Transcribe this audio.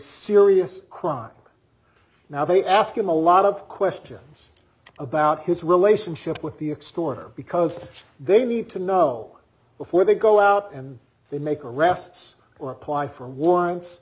serious crime now they ask him a lot of questions about his relationship with the extort because they need to know before they go out and they make arrests or apply for warrants